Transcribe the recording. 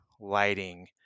lighting